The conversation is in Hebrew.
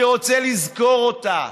אני רוצה לזכור אותה.